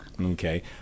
okay